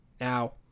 Now